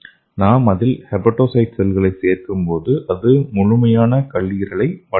நாம் அதில் ஹெபடோசைட் செல்களைச் சேர்க்கும்போது அது முழுமையான கல்லீரலை வளரவைக்கும்